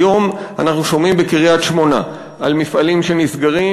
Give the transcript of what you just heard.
היום אנחנו שומעים על מפעלים שנסגרים